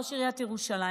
ראש עיריית ירושלים,